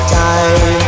time